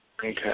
Okay